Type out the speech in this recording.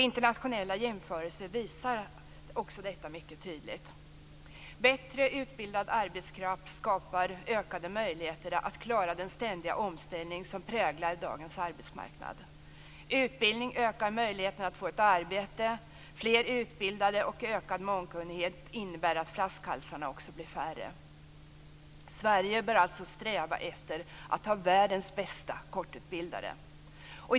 Internationella jämförelser visar också detta mycket tydligt. Bättre utbildad arbetskraft skapar ökade möjligheter att klara den ständiga omställning som präglar dagens arbetsmarknad. Utbildning ökar möjligheterna att få ett arbete; fler utbildade och ökad mångkunnighet innebär att flaskhalsarna också blir färre. Sverige bör alltså sträva efter att ha världens bästa kortutbildade.